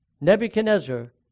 Nebuchadnezzar